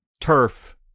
turf